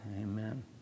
Amen